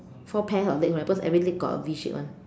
four pair of legs ah cause every leg got a V shape [one]